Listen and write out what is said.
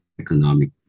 Economic